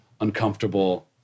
uncomfortable